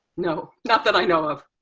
no, not that i know of.